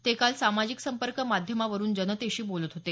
ते काल सामाजिक संपर्क माध्यमावरून जनतेशी बोलत होते